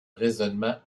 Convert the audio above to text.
raisonnement